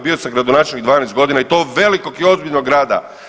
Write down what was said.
Bio sam gradonačelnik 12 godina i to velikog i ozbiljnog grada.